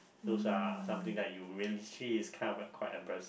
those are something that you it's kind of like quite embarrassing